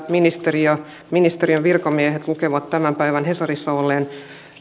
ministeri ja ministeriön virkamiehet lukevat tämän päivän hesarissa olleen